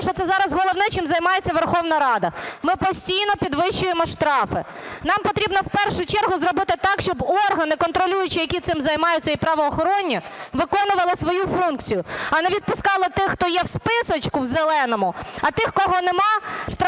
тому що це зараз головне, чим займається Верховна Рада. Ми постійно підвищуємо штрафи, нам потрібно в першу чергу зробити так, щоб органи контролюючі, які цим займаються, і правоохоронні виконували свою функцію, а не відпускали тих, хто є в списочку в зеленому, а тих, кого немає,